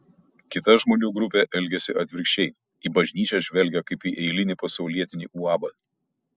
kita žmonių grupė elgiasi atvirkščiai į bažnyčią žvelgia kaip į eilinį pasaulietinį uabą